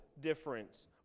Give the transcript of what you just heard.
difference